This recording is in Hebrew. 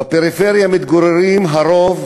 בפריפריה מתגורר הרוב